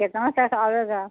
آے گا